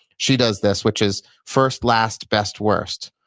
she does this, which is first, last, best, worst,